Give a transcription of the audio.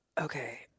okay